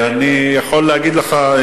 אני יכול להגיד לך,